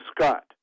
Scott